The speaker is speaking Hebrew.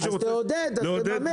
אז תעודד, אז תממן.